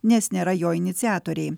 nes nėra jo iniciatoriai